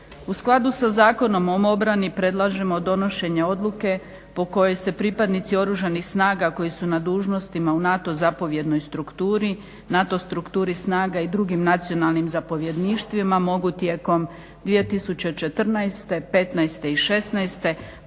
U skladu sa Zakonom o obrani predlažemo donošenje odluke po kojoj se pripadnici Oružanih snaga koji su na dužnostima u NATO zapovjednoj strukturi, NATO strukturi snaga i drugim nacionalnim zapovjedništvima mogu tijekom 2014., petnaeste